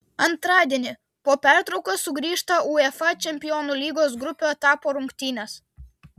antradienį po pertraukos sugrįžta uefa čempionų lygos grupių etapo rungtynės